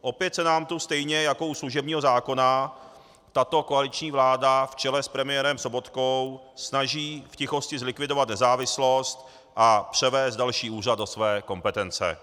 Opět se nám tu, stejně jako u služebního zákona, tato koaliční vláda v čele s premiérem Sobotkou snaží v tichosti zlikvidovat nezávislost a převést další úřad do své kompetence.